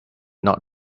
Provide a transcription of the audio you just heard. not